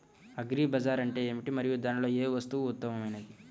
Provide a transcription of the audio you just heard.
Agri bazaar అంటే ఏమిటి మరియు దానిలో ఏ వస్తువు ఉత్తమమైనది?